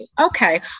Okay